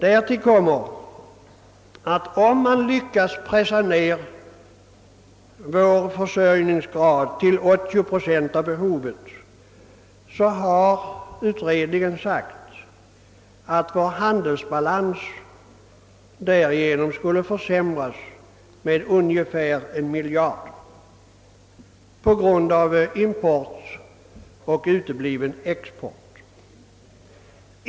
Därtill kommer att om man lyckas pressa ned vår försörjningsgrad till 80 procent av behovet så kommer enligt vad utredningen sagt vår handelsbalans därigenom att försämras med ungefär en miljard på grund av import och utebliven export.